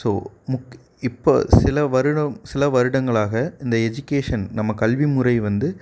so முக் இப்போ சில வருடம் சில வருடங்களாக இந்த எஜிகேஷன் நம்ம கல்வி முறை வந்து